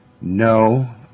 No